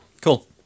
cool